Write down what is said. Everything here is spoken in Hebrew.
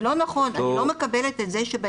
זה לא נכון, אני לא מקבלת את זה שאומרים